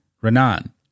Renan